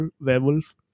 werewolf